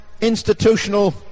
institutional